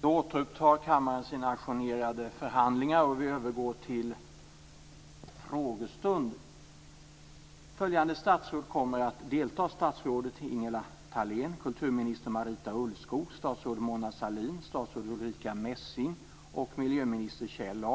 Då återupptar kammaren sina ajournerade förhandlingar. Vi övergår till frågestund. Följande statsråd kommer att delta: Statsrådet Ingela Thalén, kulturminister Marita Ulvskog, statsrådet Mona Sahlin, statsrådet Ulrica Messing och miljöminister Kjell